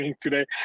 today